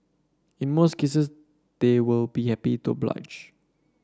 in most cases they will be happy to oblige